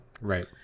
Right